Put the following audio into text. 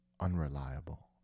unreliable